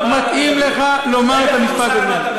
לא מתאים לך לומר את המשפט הזה.